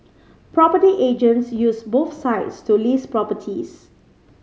property agents use both sites to list properties